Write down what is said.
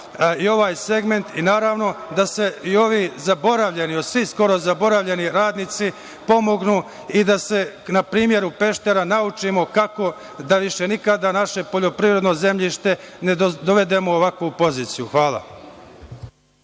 ovaj segment i da se ovi zaboravljeni radnici pomognu i da se na primeru Peštera naučimo kako da više nikada naše poljoprivredno zemljište ne dovedemo u ovakvu poziciju. Hvala.